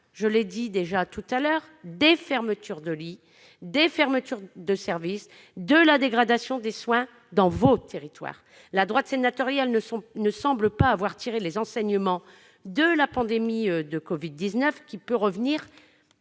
je l'ai déjà dit, des fermetures de lits, des fermetures de services et de la dégradation des soins dans leurs territoires. La droite sénatoriale ne semble pas avoir tiré les enseignements de la pandémie de covid-19, qui peut revenir